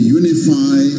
unify